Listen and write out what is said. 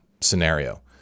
scenario